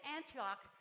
Antioch